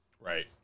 right